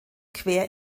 quer